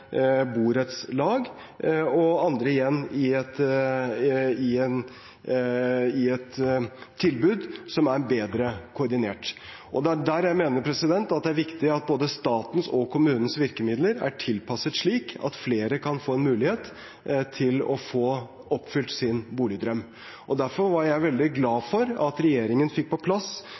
borettslag og andre igjen i et tilbud som er bedre koordinert. Det er der jeg mener at det er viktig at både statens og kommunens virkemidler er tilpasset slik at flere kan få mulighet til å få oppfylt sin boligdrøm. Derfor var jeg veldig glad for at regjeringen fikk på plass